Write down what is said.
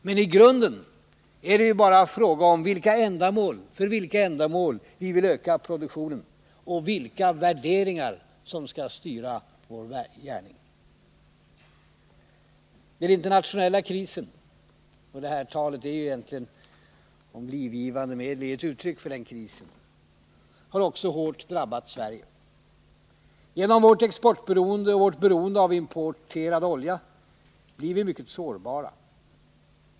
Men i grunden är det ju bara fråga om för vilka ändamål vi vill öka produktionen och vilka värderingar som skall styra vår gärning. Den internationella krisen — talet om livgivande medel är ju ett uttryck för den krisen — har hårt drabbat också Sverige. Genom vårt exportberoende och vårt beroende av importerad olja blir vi mycket sårbara.